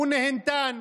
הוא נהנתן,